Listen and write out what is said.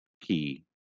key